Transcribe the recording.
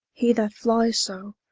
he that flyes so,